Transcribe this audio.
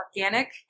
organic